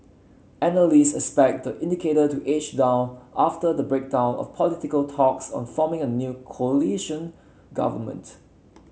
analyst expect the indicator to edge down after the breakdown of political talks on forming a new coalition government